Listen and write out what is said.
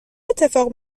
اتفاق